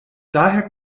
daher